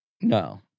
No